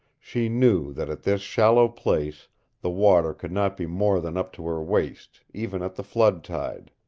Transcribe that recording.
she knew that at this shallow place the water could not be more than up to her waist, even at the flood-tide.